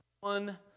one